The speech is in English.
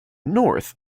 north